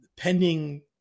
pending